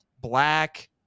black